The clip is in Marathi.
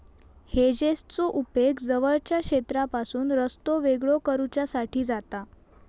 हेजेसचो उपेग जवळच्या क्षेत्रापासून रस्तो वेगळो करुच्यासाठी जाता